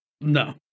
No